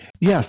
Yes